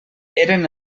eren